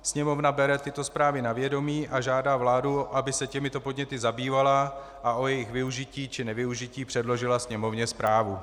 Sněmovna bere tyto zprávy na vědomí a žádá vládu, aby se těmito podněty zabývala a o jejich využití či nevyužití předložila Sněmovně zprávu.